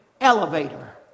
elevator